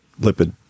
lipid